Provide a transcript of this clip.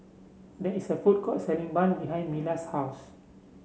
there is a food court selling bun behind Mila's house